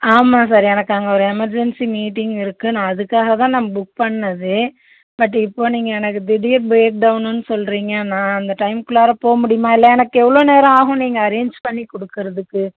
ஆமாம் சார் எனக்கு அங்கே ஒரு எமர்ஜென்சி மீட்டிங் இருக்கு நான் அதற்காக தான் நான் புக் பண்ணதே பட் இப்போ நீங்கள் எனக்கு திடீர் பிரேக் டவுனுன்னு சொல்லுறீங்க நான் அந்த டைமுக்குள்ளாற போக முடியுமா இல்லை எனக்கு எவ்வளோ நேரம் ஆகும் நீங்கள் அரேஞ்ச் பண்ணி கொடுக்கறதுக்கு